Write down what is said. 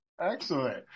Excellent